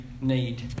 need